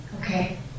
Okay